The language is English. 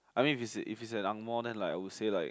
I mean if is if is an Ang-Moh then like I will say like